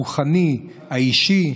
הרוחני, האישי.